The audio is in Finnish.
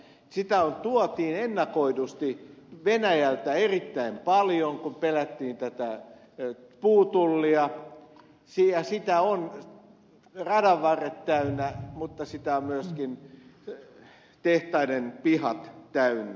sitä tuotiin ennakoidusti venäjältä erittäin paljon kun pelättiin tätä puutullia ja sitä on radanvarret täynnä mutta sitä ovat myöskin tehtaiden pihat täynnä